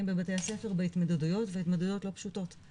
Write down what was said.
בבתי הספר בהתמודדויות וההתמודדויות לא פשוטות,